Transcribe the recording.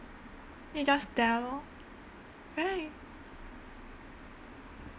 you just tell right